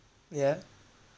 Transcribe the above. yeah